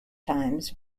times